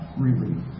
relief